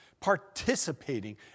participating